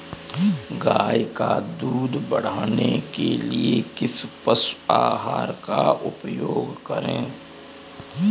गाय का दूध बढ़ाने के लिए किस पशु आहार का उपयोग करें?